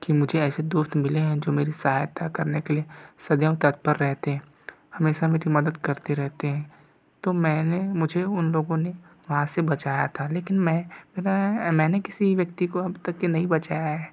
कि मुझे ऐसे दोस्त मिले हैं जो मेरी सहायता करने के लिए सदैव तत्पर रहते हैं हमेशा मेरी मदद करते रहते हैं तो मैंने मुझे उन लोगों ने वहाँ से बचाया था लेकिन मैं मैंने किसी व्यक्ति को अब तक ये नहीं बचाया है